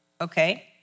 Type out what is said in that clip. okay